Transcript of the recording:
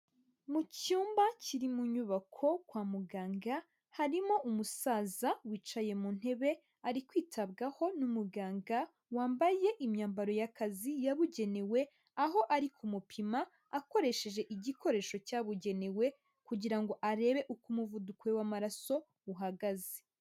Mu cyumba kiri mu nyubako kwa muganga, harimo umusaza wicaye mu ntebe, ari kwitabwaho n'umuganga wambaye imyambaro y'akazi yabugenewe, aho ari kumupima akoresheje igikoresho cyabugenewe, kugira ngo arebe uko umuvuduko w'amaraso uhagaze.